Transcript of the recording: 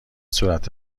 صورت